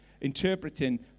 interpreting